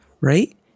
right